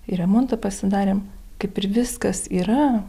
ir remontą pasidarėm kaip ir viskas yra